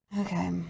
Okay